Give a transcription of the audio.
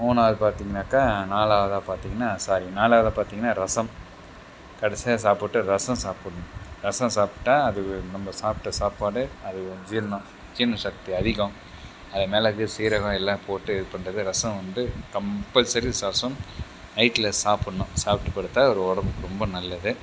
மூணாவது பார்த்திங்கனாக்கா நாலாவதாக பார்த்திங்கன்னா சாரி நாலாவதாக பார்த்திங்கன்னா ரசம் கடைசியாக சாப்பிட்டு ரசம் சாப்பிடணும் ரசம் சாப்பிட்டா அது நம்ம சாப்பிட்ட சாப்பாடை அது ஜீரணம் ஜீரண சக்தி அதிகம் அது மேல் வந்து சீரகம் எல்லாம் போட்டு இதுபண்றது ரசம் வந்து கம்பல்சரி ரசம் நைட்டில் சாப்பிடுணும் சாப்பிட்டு படுத்தால் அது உடம்புக்கு ரொம்ப நல்லது